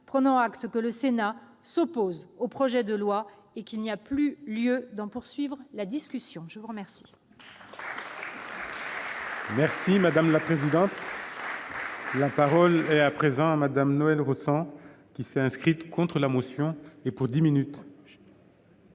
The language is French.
prenant acte que le Sénat s'oppose au projet de loi et qu'il n'y a plus lieu d'en poursuivre la discussion, la commission